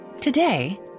Today